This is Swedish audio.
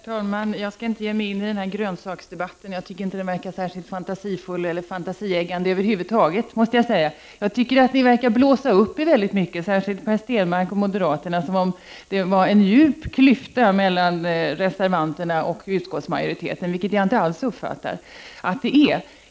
Herr talman! Jag skall inte ge mig in i grönsaksdebatten — jag tycker inte den förefaller särskilt fantasieggande över huvud taget. Jag tycker att ni verkar blåsa upp er — särskilt Per Stenmarck och moderaterna — som om det vore en djup klyfta mellan reservanterna och utskottsmajoriteten, vilket jag inte alls tycker att det är.